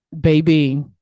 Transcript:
baby